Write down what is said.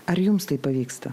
ar jums tai pavyksta